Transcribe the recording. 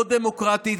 לא דמוקרטית,